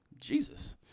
Jesus